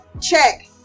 check